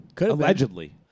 Allegedly